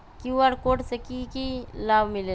QR code से कि कि लाव मिलेला?